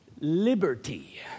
liberty